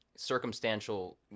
Circumstantial